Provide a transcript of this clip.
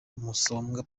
musombwa